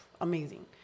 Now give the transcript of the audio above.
amazing